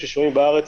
ששוהים בארץ